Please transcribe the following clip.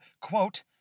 quote